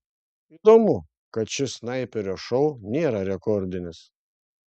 įdomu kad šis snaiperio šou nėra rekordinis